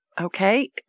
okay